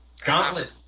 Gauntlet